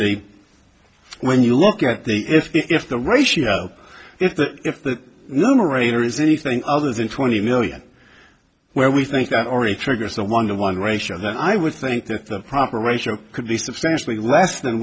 the when you look at the if the ratio is that if the numerator is anything other than twenty million where we think that already triggers a one to one ratio then i would think that the proper ratio could be substantially less than